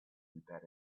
embedded